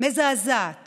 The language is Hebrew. מזעזעת